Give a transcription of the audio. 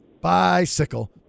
Bicycle